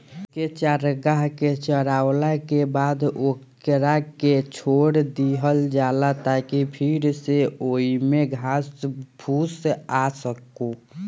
एके चारागाह के चारावला के बाद ओकरा के छोड़ दीहल जाला ताकि फिर से ओइमे घास फूस आ सको